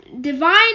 divine